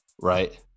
right